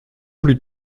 plus